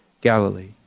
Galilee